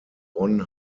bonn